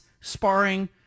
sparring